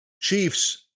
Chiefs